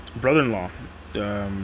brother-in-law